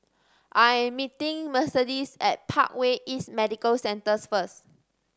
I am meeting Mercedes at Parkway East Medical Centre first